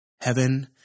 heaven